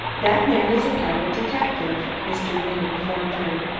that man is a private detective, mr. wynne informed her.